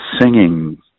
singing